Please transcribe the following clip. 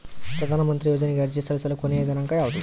ಪ್ರಧಾನ ಮಂತ್ರಿ ಯೋಜನೆಗೆ ಅರ್ಜಿ ಸಲ್ಲಿಸಲು ಕೊನೆಯ ದಿನಾಂಕ ಯಾವದು?